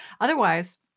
otherwise